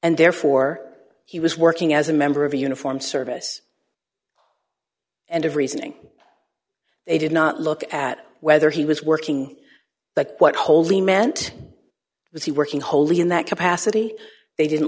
and therefore he was working as a member of a uniformed service and of reasoning they did not look at whether he was working but what wholly meant was he working wholly in that capacity they didn't